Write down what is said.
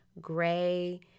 gray